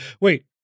wait